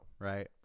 right